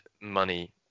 money